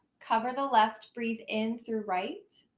cover the left. breathe in through right.